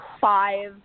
five